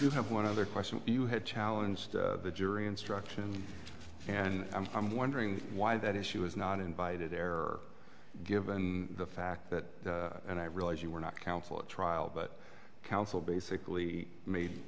you have one other question you had challenged the jury instructions and i'm wondering why that issue was not invited there or given the fact that and i realize you were not counsel at trial but counsel basically made